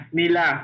nila